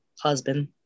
husband